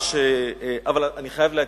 אבל אני חייב להקדים,